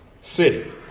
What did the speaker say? city